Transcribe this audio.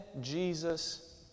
Jesus